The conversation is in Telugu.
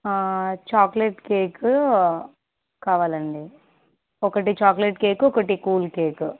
చాక్లెట్ కేకు కావాలండి ఒకటి చాక్లెట్ కేకు ఒకటి కూల్ కేకు